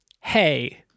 hey